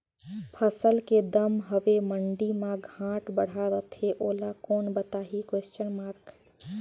फसल के दम हवे मंडी मा घाट बढ़ा रथे ओला कोन बताही?